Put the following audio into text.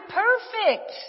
perfect